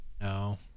No